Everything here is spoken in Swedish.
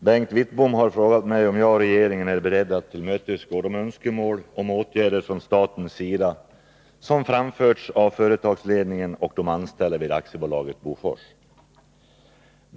Herr talman! Bengt Wittbom har frågat mig om jag och regeringen är beredda att tillmötesgå de önskemål om åtgärder från statens sida som framförts av företagsledningen och de anställda vid AB Bofors.